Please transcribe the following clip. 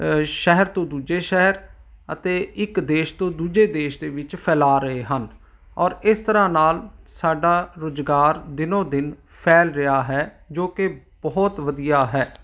ਸ਼ਹਿਰ ਤੋਂ ਦੂਜੇ ਸ਼ਹਿਰ ਅਤੇ ਇੱਕ ਦੇਸ਼ ਤੋਂ ਦੂਜੇ ਦੇਸ਼ ਦੇ ਵਿੱਚ ਫੈਲਾ ਰਹੇ ਹਨ ਔਰ ਇਸ ਤਰ੍ਹਾਂ ਨਾਲ ਸਾਡਾ ਰੁਜ਼ਗਾਰ ਦਿਨੋ ਦਿਨ ਫੈਲ ਰਿਹਾ ਹੈ ਜੋ ਕਿ ਬਹੁਤ ਵਧੀਆ ਹੈ